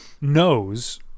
knows